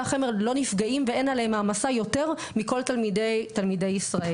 החמ"ד לא נפגעים ואין עליהם מעמסה יותר מכל תלמידי ישראל.